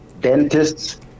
dentists